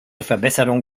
verbesserung